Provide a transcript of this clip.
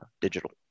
digital